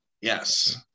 Yes